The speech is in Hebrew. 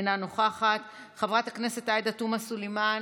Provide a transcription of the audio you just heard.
אינה נוכחת, חברת הכנסת עאידה תומא סלימאן,